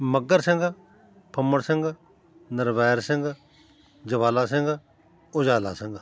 Maghar Singh Phumman Singh Nirvair Singh Jawala Singh Ujala Singh